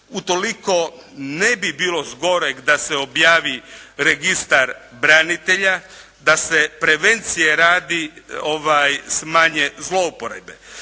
Utoliko ne bi bilo zgoreg da se objavi Registar branitelja, da se prevencije radi smanje zlouporabe.